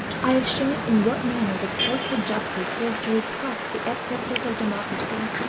i have shown in what manner the courts of justice serve to repress the excesses of democracy,